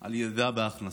על ירידה בהכנסות.